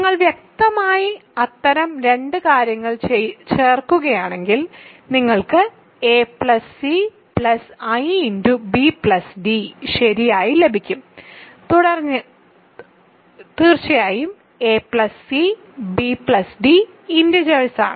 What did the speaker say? നിങ്ങൾ വ്യക്തമായി അത്തരം രണ്ട് കാര്യങ്ങൾ ചേർക്കുകയാണെങ്കിൽ നിങ്ങൾക്ക് acibd ശരിയായി ലഭിക്കും തീർച്ചയായും ac bd ഇന്റിജേഴ്സ്കളാണ്